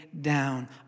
down